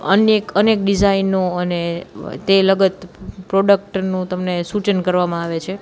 અનેક અનેક ડિઝાઇનો અને તે લગત પ્રોડક્ટનું તમને સૂચન કરવામાં આવે છે